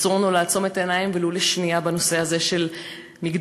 אסור לנו לעצום את העיניים ולו לשנייה בנושא הזה של מגדר,